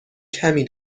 کمی